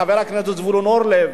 חבר הכנסת זבולון אורלב,